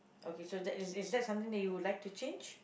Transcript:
okay so that is is that something that you would like to change